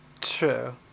True